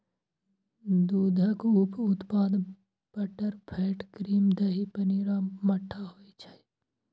दूधक उप उत्पाद बटरफैट, क्रीम, दही, पनीर आ मट्ठा होइ छै